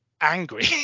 angry